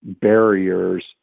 barriers